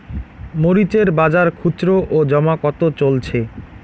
মরিচ এর বাজার খুচরো ও জমা কত চলছে?